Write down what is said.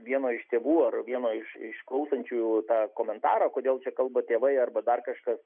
vieno iš tėvų ar vieno iš išklausančiųjų tą komentarą kodėl čia kalba tėvai arba dar kažkas